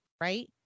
right